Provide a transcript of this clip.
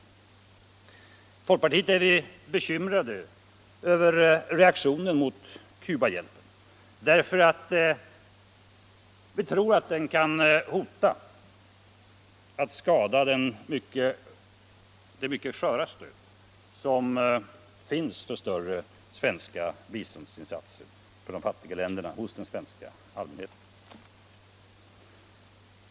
I folkpartiet är vi bekymrade över reaktionen mot Cubahjälpen därför att vi tror att den skadar det mycket sköra stöd som finns hos den svenska allmänheten för större svenska biståndsinsatser i de fattiga länderna.